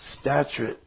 statute